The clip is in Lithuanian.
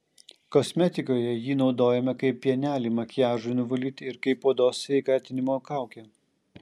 kosmetikoje jį naudojame kaip pienelį makiažui nuvalyti ir kaip odos sveikatinimo kaukę